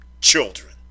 children